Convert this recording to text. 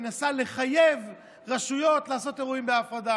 מנסה לחייב רשויות לעשות אירועים בהפרדה.